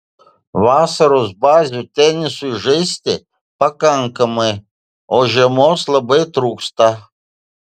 vasaros bazių tenisui žaisti pakankamai o žiemos labai trūksta